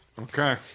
Okay